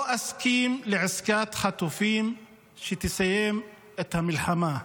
לא אסכים לעסקה חטופים שתסיים את המלחמה,